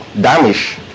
damage